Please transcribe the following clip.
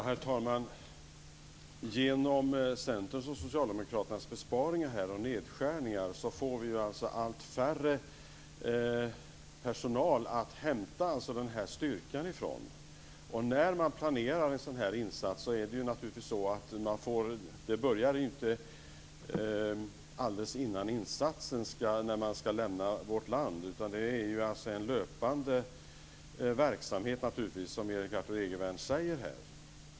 Herr talman! På grund av Centerns och Socialdemokraternas besparingar och nedskärningar blir det en mindre mängd personal att hämta styrkan från. Planeringen av en sådan insats börjar inte alldeles i samband med att insatsstyrkan ska lämna vårt land. Det är en löpande verksamhet, som Erik Arthur Egervärn säger.